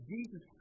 Jesus